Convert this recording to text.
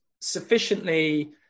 sufficiently